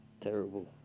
terrible